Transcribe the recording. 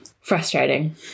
Frustrating